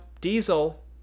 Diesel